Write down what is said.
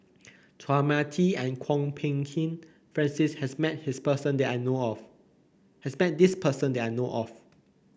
Chua Mia Tee and Kwok Peng Kin Francis has met this person that I know of